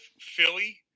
Philly